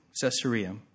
Caesarea